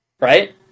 right